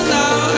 now